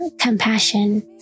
compassion